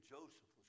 Joseph